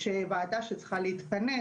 יש ועדה שצריך להתכנס.